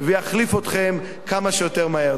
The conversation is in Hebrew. ויחליף אתכם כמה שיותר מהר.